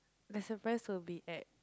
the surprise will be at